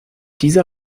dieser